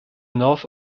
north